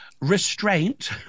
restraint